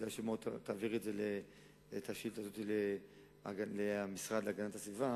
שכדאי מאוד שתעבירי את השאילתא הזאת למשרד להגנת הסביבה